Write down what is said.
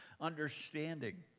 understanding